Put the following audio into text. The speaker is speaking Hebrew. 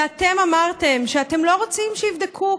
ואתם אמרתם שאתם לא רוצים שיבדקו,